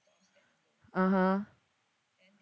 uh !huh!